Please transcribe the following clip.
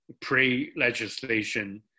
pre-legislation